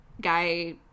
guy